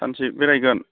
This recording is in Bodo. सानसे बेरायगोन